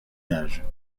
âge